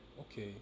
Okay